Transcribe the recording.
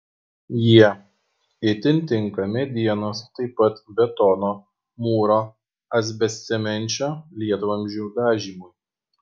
jie itin tinka medienos taip pat betono mūro asbestcemenčio lietvamzdžių dažymui